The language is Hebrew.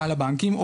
הבנקים.